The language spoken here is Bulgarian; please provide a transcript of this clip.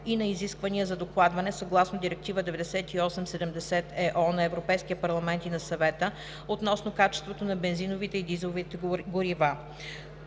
и на изисквания за докладване съгласно Директива 98/70/ЕО на Европейския парламент и на Съвета относно качеството на бензиновите и дизеловите горива